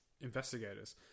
investigators